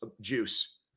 juice